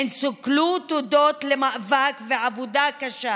הן סוכלו הודות למאבק ועבודה קשה